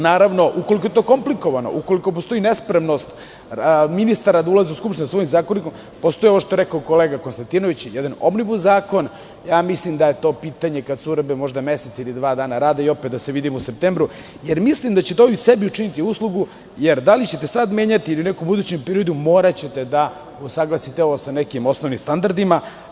Naravno, ukoliko je to komplikovano, ukoliko postoji nespremnost ministara da ulaze u Skupštinu sa ovim zakonikom, postoji ovo što je rekao kolega Konstantinović, jedan omnibus zakon, mislim da je to pitanje, kada se uredbe možda mesec ili dva dana rade i opet da se vidimo u septembru, jer mislim da ćete i sebi učiniti uslugu, jer da li ćete sada menjati ili u nekom budućem periodu, moraćete da usaglasite ovo sa nekim osnovnim standardima.